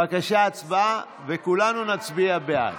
בבקשה, הצבעה, וכולנו נצביע בעד.